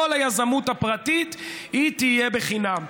כל היזמות הפרטית תהיה חינם.